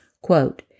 Quote